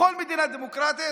בכל מדינה דמוקרטית,